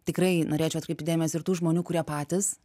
tikrai norėčiau atkreipti dėmesį ir tų žmonių kurie patys